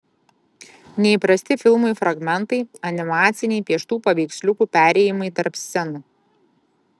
neįprasti filmui fragmentai animaciniai pieštų paveiksliukų perėjimai tarp scenų